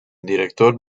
director